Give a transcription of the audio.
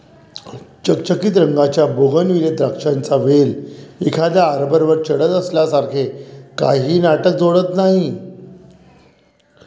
चकचकीत रंगाच्या बोगनविले द्राक्षांचा वेल एखाद्या आर्बरवर चढत असल्यासारखे काहीही नाटक जोडत नाही